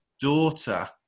daughter